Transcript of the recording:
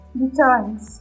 returns